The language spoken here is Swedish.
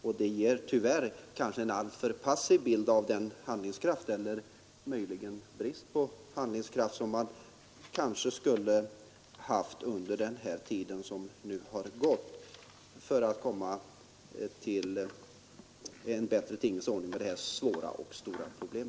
Det ger tyvärr en alltför passiv bild av den handlingskraft som borde ha funnits under den tid som gått för att man skall kunna åstadkomma en bättre tingens ordning när det gäller detta svåra problem.